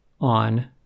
on